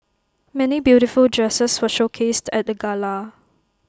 many beautiful dresses were showcased at the gala